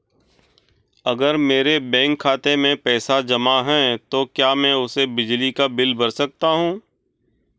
अगर मेरे बैंक खाते में पैसे जमा है तो क्या मैं उसे बिजली का बिल भर सकता हूं?